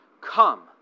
Come